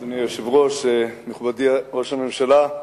אדוני היושב-ראש, מכובדי ראש הממשלה,